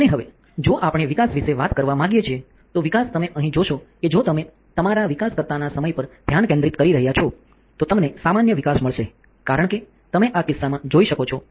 અને હવે જો આપણે વિકાસ વિશે વાત કરવા માગીએ છીએ તો વિકાસ તમે અહીં જોશો કે જો તમે તમારા વિકાસકર્તાના સમય પર ધ્યાન કેન્દ્રિત કરી રહ્યાં છો તો તમને સામાન્ય વિકાસ મળશે કારણ કે તમે આ કિસ્સામાં જોઈ શકો છો